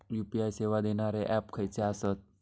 UPI सेवा देणारे app खयचे आसत?